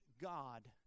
God